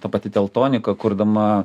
ta pati teltonika kurdama